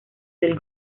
del